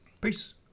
Peace